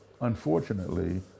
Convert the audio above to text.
Unfortunately